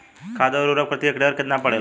खाध व उर्वरक प्रति हेक्टेयर केतना पड़ेला?